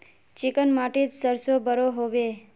Chicken माटित सरसों बढ़ो होबे?